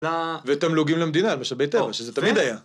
ותמלוגים למדינה, על משאבי טבע, שזה תמיד היה.